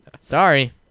Sorry